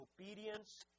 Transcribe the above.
obedience